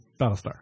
Battlestar